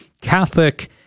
Catholic